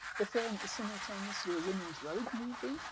the film is simultaneously a woman's road movie,